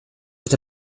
that